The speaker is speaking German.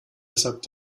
weshalb